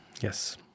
Yes